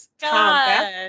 God